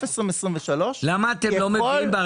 2023. למה אתם לא מביאים לאישור תקציב חדש,